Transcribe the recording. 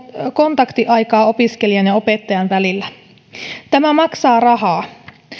kontaktiaikaa opiskelijan ja opettajan välillä tämä maksaa rahaa